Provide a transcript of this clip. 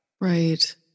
Right